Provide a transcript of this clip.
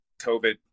COVID